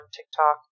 TikTok